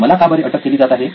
मला का बरे अटक केली जात आहे